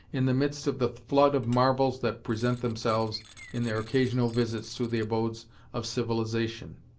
in the midst of the flood of marvels that present themselves in their occasional visits to the abodes of civilization,